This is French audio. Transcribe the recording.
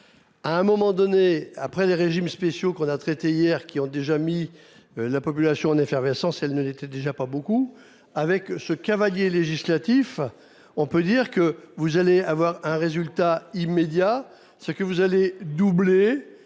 À un moment donné après les régimes spéciaux, qu'on a traité hier qui ont déjà mis la population en effervescence, elle ne l'était déjà pas beaucoup avec ce cavalier législatif, on peut dire que vous allez avoir un résultat immédiat. Ce que vous allez doubler